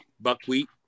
buckwheat